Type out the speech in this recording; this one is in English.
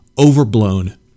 overblown